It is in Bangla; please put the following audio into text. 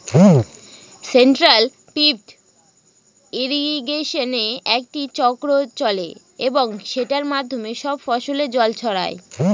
সেন্ট্রাল পিভট ইর্রিগেশনে একটি চক্র চলে এবং সেটার মাধ্যমে সব ফসলে জল ছড়ায়